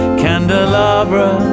candelabra